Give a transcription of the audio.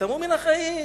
תטעמו מן החיים,